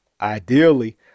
ideally